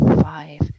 five